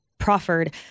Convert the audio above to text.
proffered